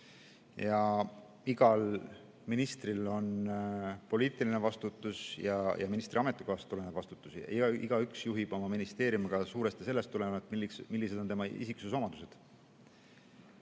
Igal ministril on poliitiline vastutus ja ministri ametikohast tulenev vastutus. Igaüks juhib oma ministeeriumi ka suuresti sellest tulenevalt, millised on tema isiksuseomadused.